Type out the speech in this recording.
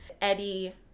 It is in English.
Eddie